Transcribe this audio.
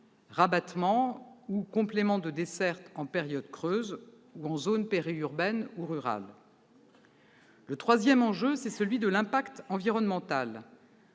rabattement ou un complément de desserte en période creuse ou en zones périurbaines ou rurales. Le troisième enjeu est celui de l'impact environnemental.